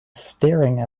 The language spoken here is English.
staring